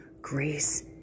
grace